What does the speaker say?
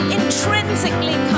intrinsically